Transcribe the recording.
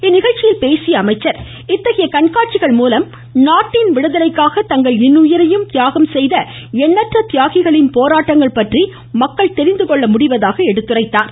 இந்நிகழ்ச்சியில் பேசிய அவர் இத்தகைய கண்காட்சிகள் மூலம் நாட்டின் விடுதலைக்காக தங்கள் இன்னுயிரையும் தியாகம் செய்த எண்ணற்ற தியாகிகளின் போராட்டங்கள் பற்றி மக்கள் தெரிந்து கொள்ள முடிவதாக கூறினார்